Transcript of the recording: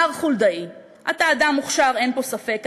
מר חולדאי, אתה אדם מוכשר, אין פה ספק.